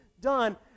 done